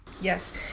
Yes